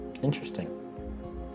Interesting